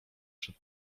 przed